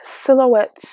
silhouettes